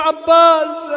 Abbas